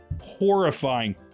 horrifying